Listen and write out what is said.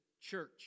church